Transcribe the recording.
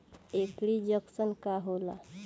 एगरी junction का होला?